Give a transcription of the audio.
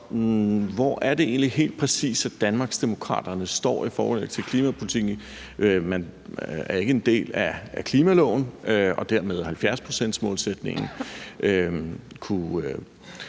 hvor er det egentlig helt præcis Danmarksdemokraterne står i forhold til klimapolitikken? Man er ikke en del af klimaloven og dermed 70-procentsmålsætningen,